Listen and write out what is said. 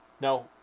No